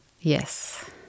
Yes